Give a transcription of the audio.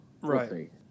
right